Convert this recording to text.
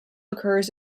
occurs